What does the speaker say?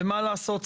מה לעשות,